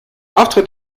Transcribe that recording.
auftritt